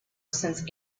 since